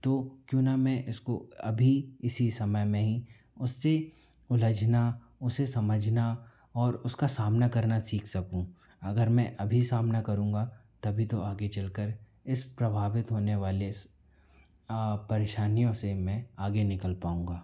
तो क्यों न मैं इसको अभी इसी समय में ही उससे उलझना उसे समझना और उसका सामना करना सीख सकूँ अगर मैं अभी सामना करूँगा तभी तो आगे चल कर इस प्रभावित होने वाले परेशानियों से मैं आगे निकल पाऊँगा